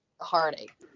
Heartache